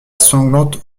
sanglante